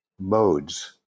modes